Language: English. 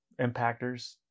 impactors